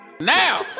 now